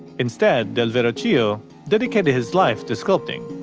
instead, del verrochio dedicated his life to sculpting.